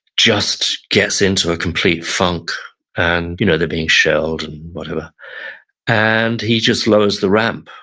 just gets into a complete funk and you know they're being shelled and whatever, and he just lowers the ramp